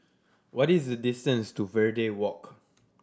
what is the distance to Verde Walk